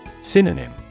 Synonym